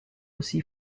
aussi